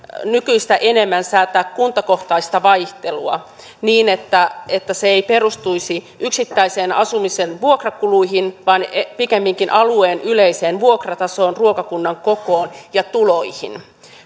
nykyistä enemmän säätää kuntakohtaista vaihtelua niin että että se ei perustuisi yksittäisen asumisen vuokrakuluihin vaan pikemminkin alueen yleiseen vuokratasoon ruokakunnan kokoon ja tuloihin